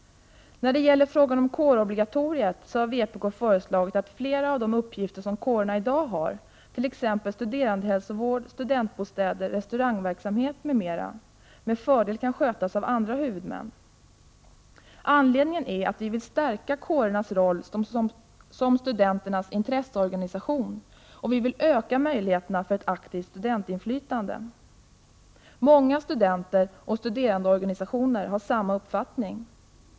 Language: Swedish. När det gäller frågan om kårobligatoriet har vpk föreslagit att flera av de uppgifter som kårerna i dag har, t.ex. studerandehälsovård, studentbostäder, restaurangverksamhet, m.m., med fördel kan skötas av andra huvudmän. Anledningen är att vi vill stärka kårernas roll som studenternas intresseorganisation och öka möjligheterna för aktivt studentinflytande. Många studenter och studerandeorganisationer har samma uppfattning.